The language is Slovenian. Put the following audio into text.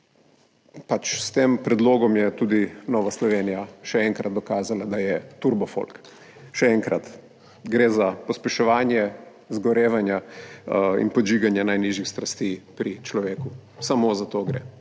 S tem predlogom je tudi Nova Slovenija še enkrat dokazala, da je turbo folk. Še enkrat, gre za pospeševanje izgorevanja in podžiganja najnižjih strasti pri človeku, samo za to gre,